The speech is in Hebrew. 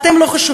אתם לא חשובים,